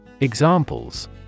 Examples